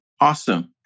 Awesome